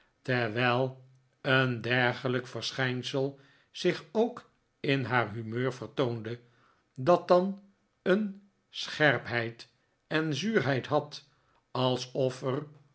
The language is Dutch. terwijl een dergelijk verschijnsel zich ook in haar humeur vertoonde dat dan een scherpheid en zuurheid had alsof er